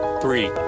three